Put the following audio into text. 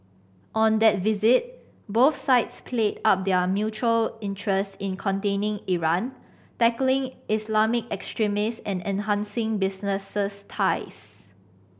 on that visit both sides played up their mutual interest in containing Iran tackling Islamic extremist and enhancing businesses ties